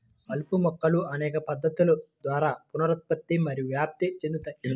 కలుపు మొక్కలు అనేక పద్ధతుల ద్వారా పునరుత్పత్తి మరియు వ్యాప్తి చెందుతాయి